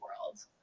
world